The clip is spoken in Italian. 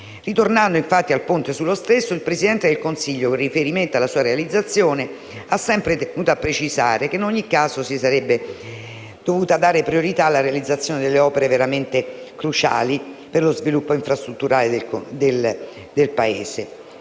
Ritornando al Ponte sullo Stretto, il Presidente del Consiglio, con riferimento alla sua realizzazione, ha sempre tenuto a precisare che, in ogni caso, si sarebbe dovuta dare priorità alla realizzazione delle opere veramente cruciali per lo sviluppo infrastrutturale del Paese